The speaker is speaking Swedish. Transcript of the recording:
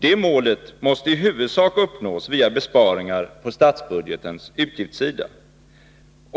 Det målet måste i huvudsak uppnås via besparingar på statsbudgetens utgiftssida.